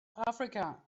africa